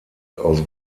aus